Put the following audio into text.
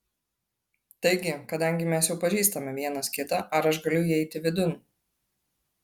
taigi kadangi mes jau pažįstame vienas kitą ar aš galiu įeiti vidun